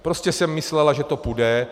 Prostě jsem myslela, že to půjde.